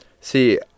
See